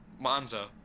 Monza